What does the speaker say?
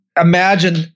imagine